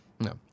No